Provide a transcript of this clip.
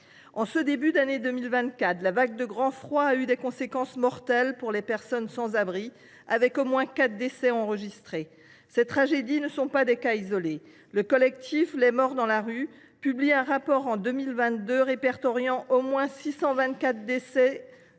En ce début d’année 2024, la vague de grand froid a eu des conséquences mortelles pour les personnes sans abri, avec au moins quatre décès enregistrés. Ces tragédies ne sont pas des cas isolés. Le collectif Les Morts de la rue publiait en 2022 un rapport qui répertoriait au moins 624 décès de personnes